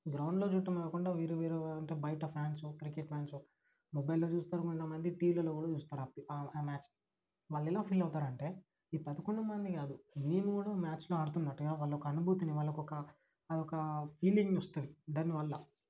గ్రౌండ్లో చూడటం కాకుండా వీరు వీరు అంటే బయట ఫ్యాన్స్ క్రికెట్ ఫ్యాన్స్ మొబైల్లో చూస్తరు కొంతమంది టీవీలల్లో కూడా చూస్తారు ఆ మ్యాచ్ వాళ్ళు ఎలా ఫీలవుతారంటే ఈ పదకొండు మంది కాదు మేము కూడా మ్యాచ్లో ఆడుతున్నట్టుగా వాళ్ళొక అనుభూతిని వాళ్ళకొక అదొక ఫీలింగ్ వస్తుంది దానివల్ల